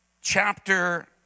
chapter